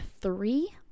three